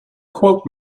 quote